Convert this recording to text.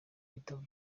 gitabo